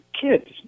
Kids